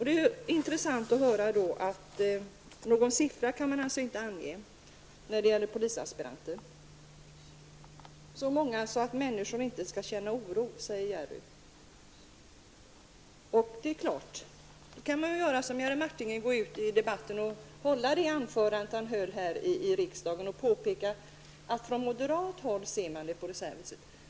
Det är intressant att höra att någon siffra kan man inte ange när det gäller polisaspiranter. Så många att människor inte skall känna oro, säger Jerry Martinger. Då kan man ju göra som Jerry Martinger, hålla ett sådant anförande som det han höll och framhålla hur man från moderat håll ser på situationen.